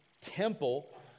temple